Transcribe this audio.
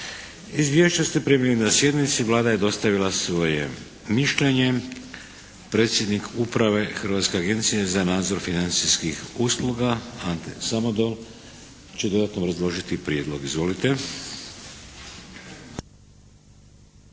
Izvješće ste primili na sjednici. Vlada je dostavila svoje mišljenje. Predsjednik Uprave Hrvatske agencije za nadzor financijskih usluga Ante Samodol će dodatno obrazložiti prijedlog. Izvolite.